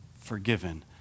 forgiven